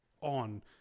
on